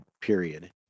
period